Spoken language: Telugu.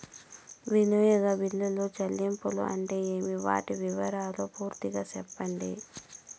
వినియోగ బిల్లుల చెల్లింపులు అంటే ఏమి? వాటి వివరాలు పూర్తిగా సెప్పండి?